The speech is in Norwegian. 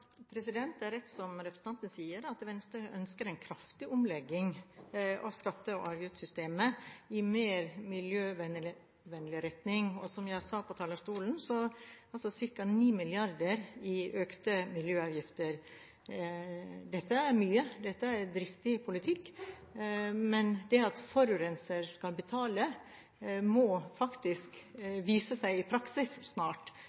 mening? Det er rett som representanten Arnesen sier, at Venstre ønsker en kraftig omlegging av skatte- og avgiftssystemet i mer miljøvennlig retning. Som jeg sa på talerstolen, er det ca. 9 mrd. kr i økte miljøavgifter. Dette er mye, og dette er dristig politikk. Men det at forurenser skal betale, må faktisk snart